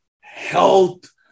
health